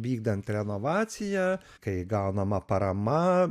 vykdant renovaciją kai gaunama parama